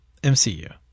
MCU